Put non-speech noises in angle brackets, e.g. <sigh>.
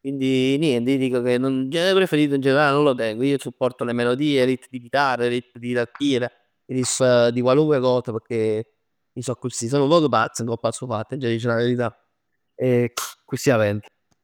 Quindi niente, ij dic che un genere preferito in generale io non lo tengo. Io supporto le melodie, i ritmi di chitarra, i ritmi di tastiera, i riff di qualunque cosa pecchè ij sò accussì, sò nu poc pazz ngopp 'a stu fatt aggia dicere 'a verità <hesitation> e accussì 'a pens.